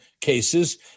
cases